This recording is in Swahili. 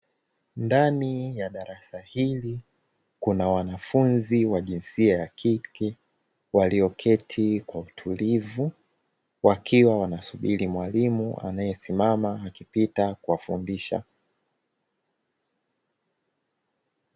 Ndani ya darada hili kuna wanafunzi wa jinsia ya kike walioketi kwa utulivu, wakiwa wanasubiri mwalimu anayesimama akipita kuwafundisha.